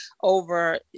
over